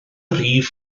rif